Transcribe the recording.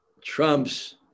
trumps